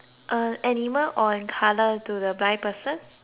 or an colour to the blind person